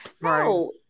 no